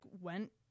went